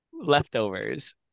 leftovers